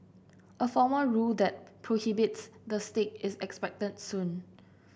a formal rule that prohibits the stick is expected soon